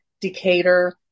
Decatur